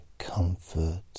Comfort